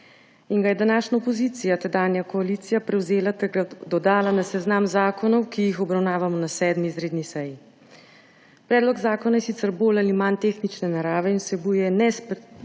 in ga je današnja opozicija, tedanja koalicija prevzela ter ga dodala na seznam zakonov, ki jih obravnavamo na 7. izredni seji. Predlog zakona je sicer bolj ali manj tehnične narave in vsebinsko